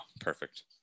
perfect